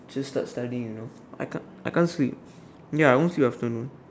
just start studying you know I can't I can't sleep ya I won't sleep in afternoon